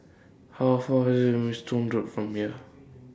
How Far IS Maidstone Road from here